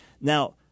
Now